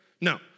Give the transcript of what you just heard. No